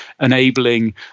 enabling